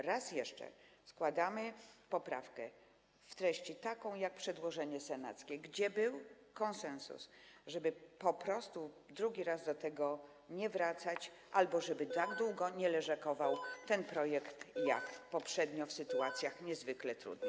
Raz jeszcze składamy poprawkę w treści taką jak przedłożenie senackie, gdzie był konsensus, żeby po prostu drugi raz do tego nie wracać albo żeby ten projekt nie leżakował tak długo jak poprzednio w sytuacjach niezwykle trudnych.